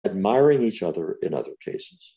אדמירינג איצאוטר אט אדר פליסס